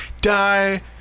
die